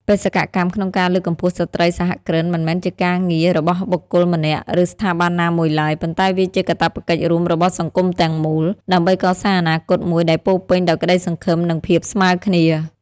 បេសកកម្មក្នុងការលើកកម្ពស់ស្ត្រីសហគ្រិន មិនមែនជាការងាររបស់បុគ្គលម្នាក់ ឬស្ថាប័នណាមួយឡើយ ប៉ុន្តែវាជាកាតព្វកិច្ចរួមរបស់សង្គមទាំងមូល ដើម្បីកសាងអនាគតមួយដែលពោរពេញដោយក្ដីសង្ឃឹម និងភាពស្មើគ្នា។